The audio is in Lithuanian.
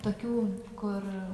tokių kur